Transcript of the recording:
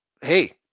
hey